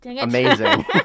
amazing